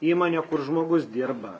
įmonė kur žmogus dirba